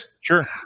Sure